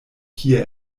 kie